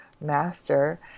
master